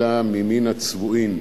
אלא מן הצבועין,